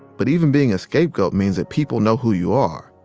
but even being a scapegoat means that people know who you are.